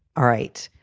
all right.